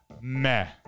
Meh